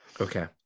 Okay